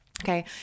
Okay